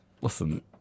Listen